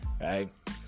Right